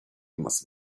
must